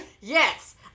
Yes